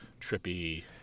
trippy